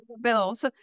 bills